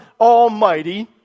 Almighty